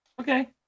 Okay